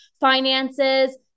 finances